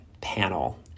panel